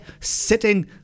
sitting